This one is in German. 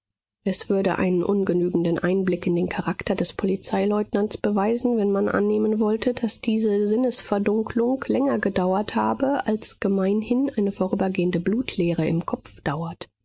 es würde einen ungenügenden einblick in den charakter des polizeileutnants beweisen wenn man annehmen wollte daß diese sinnesverdunklung länger gedauert habe als gemeinhin eine vorübergehende blutleere im kopf dauert